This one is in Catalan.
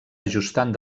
ajustant